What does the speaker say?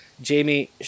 Jamie